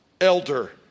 elder